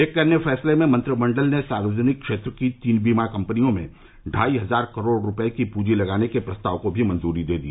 एक अन्य फैसले में मंत्रिमंडल ने सार्वजनिक क्षेत्र की तीन बीमा कंपनियों में ढ़ाई हजार करोड़ रुपये की पूंजी लगाने के प्रस्ताव को भी मंजूरी दे दी